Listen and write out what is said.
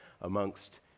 amongst